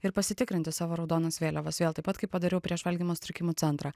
ir pasitikrinti savo raudonas vėliavas vėl taip pat kaip padariau prieš valgymo sutrikimų centrą